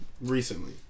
recently